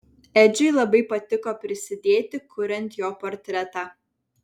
edžiui labai patiko prisidėti kuriant jo portretą